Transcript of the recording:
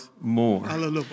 more